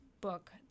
book